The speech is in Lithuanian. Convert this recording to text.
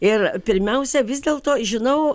ir pirmiausia vis dėlto žinau